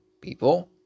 people